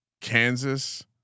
Kansas